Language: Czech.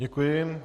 Děkuji.